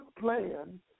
plan